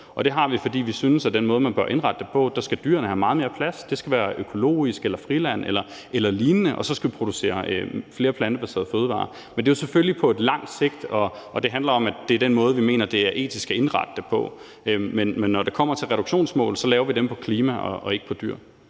det har vi, fordi vi synes, at man bør indrette det på en måde, hvor dyrene har meget mere plads – det skal være økologisk, frilands eller lignende – og så skal vi producere flere plantebaserede fødevarer. Men det er jo selvfølgelig på lang sigt, og det handler om, at det er den måde, vi mener det er etisk at indrette det på. Men når det kommer til reduktionsmål, laver vi dem i forhold til klima og ikke i